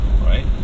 right